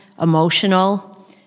emotional